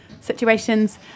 situations